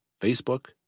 Facebook